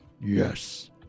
Yes